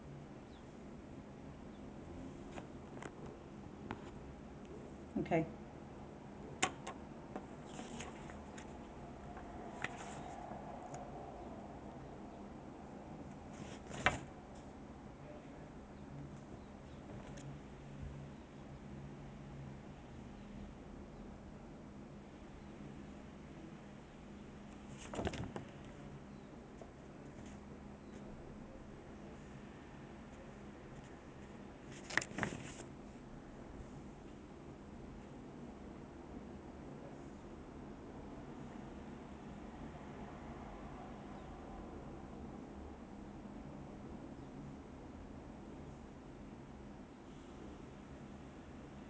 okay